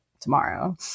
tomorrow